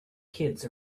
kids